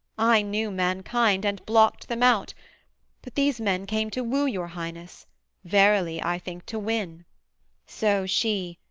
i knew mankind, and blocked them out but these men came to woo your highness verily i think to win so she,